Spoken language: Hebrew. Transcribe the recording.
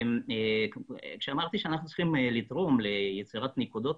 כשאמרתי שאנחנו צריכים לתרום ליצירת נקודות